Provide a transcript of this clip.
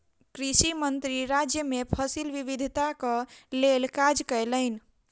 कृषि मंत्री राज्य मे फसिल विविधताक लेल काज कयलैन